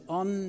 on